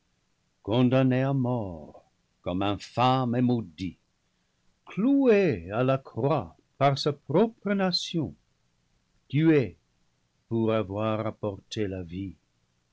condamné à mort comme infâme et maudit cloué à la croix par sa proqre nation tué pour avoir apporté la vie